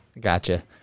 Gotcha